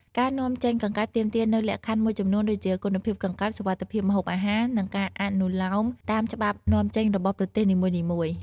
ការនាំចេញកង្កែបទាមទារនូវលក្ខខណ្ឌមួយចំនួនដូចជា គុណភាពកង្កែប សុវត្ថិភាពម្ហូបអាហារ និងការអនុលោមតាមច្បាប់នាំចេញរបស់ប្រទេសនីមួយៗ។